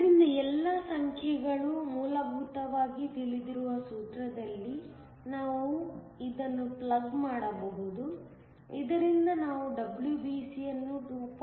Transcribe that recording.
ಆದ್ದರಿಂದ ಎಲ್ಲಾ ಸಂಖ್ಯೆಗಳು ಮೂಲಭೂತವಾಗಿ ತಿಳಿದಿರುವ ಸೂತ್ರದಲ್ಲಿ ನಾವು ಇದನ್ನು ಪ್ಲಗ್ ಮಾಡಬಹುದು ಇದರಿಂದ ನಾವು WBC ಅನ್ನು 2